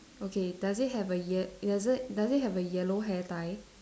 okay does it have a ye~ does it does it have a yellow hair tie